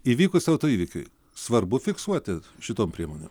įvykus autoįvykiui svarbu fiksuoti šitom priemonėm